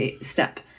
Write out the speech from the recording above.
step